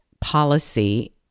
policy